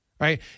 Right